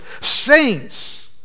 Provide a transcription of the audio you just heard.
saints